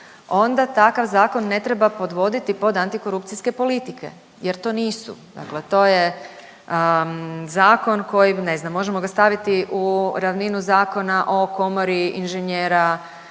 onda takav zakon ne treba podvoditi pod antikorupcijske politike jer to nisu, dakle to je zakon koji, ne znam, možemo ga staviti u ravninu Zakona o komori inženjera